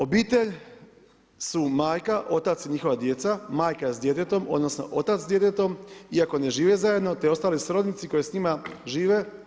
Obitelj su majka, otac i njihova djeca, majka s djetetom odnosno otac s djetetom iako ne žive zajedno te ostali srodnici koji s njima žive“